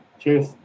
Cheers